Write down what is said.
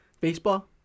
Baseball